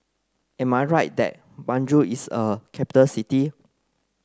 am I right that Banjul is a capital city